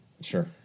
Sure